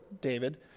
David